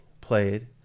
played